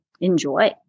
enjoy